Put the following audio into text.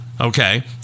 Okay